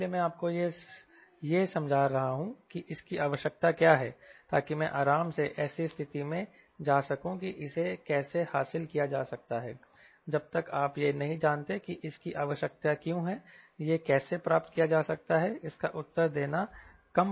इसलिए मैं आपको यह समझा रहा हूं कि इसकी आवश्यकता क्या है ताकि मैं आराम से ऐसी स्थिति में जा सकूं कि इसे कैसे हासिल किया जा सकता है जब तक आप यह नहीं जानते कि इसकी आवश्यकता क्यों हैयह कैसे प्राप्त किया जा सकता है इसका उत्तर देना कम प्रेरित होता है